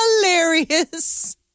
Hilarious